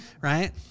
Right